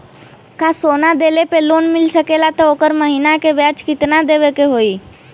का सोना देले पे लोन मिल सकेला त ओकर महीना के ब्याज कितनादेवे के होई?